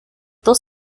dos